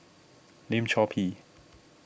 Lim Chor Pee